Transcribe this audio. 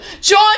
join